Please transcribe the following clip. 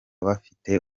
bafite